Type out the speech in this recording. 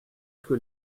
que